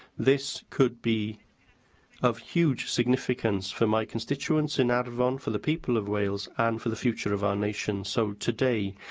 this could be of huge significance for my constituents in arfon, for the people of wales, and for the future of our nation. so, today,